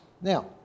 Now